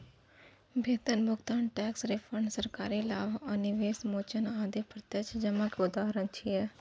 वेतन भुगतान, tax refund, सरकारी लाभ, निवेश मोचन आदि प्रत्यक्ष जमा के उदाहरण छियै